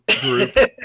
group